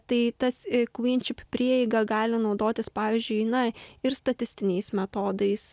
tai tas kvyn šip prieiga gali naudotis pavyzdžiui na ir statistiniais metodais